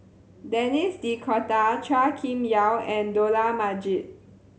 Denis D'Cotta Chua Kim Yeow and Dollah Majid